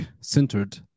centered